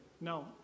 No